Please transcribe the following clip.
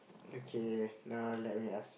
okay now let me ask